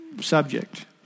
subject